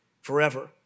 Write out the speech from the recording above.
forever